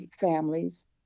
families